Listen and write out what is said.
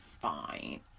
fine